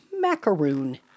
macaroon